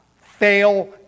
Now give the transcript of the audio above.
fail